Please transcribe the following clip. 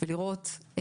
ולראות,